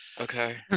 okay